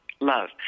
love